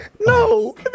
No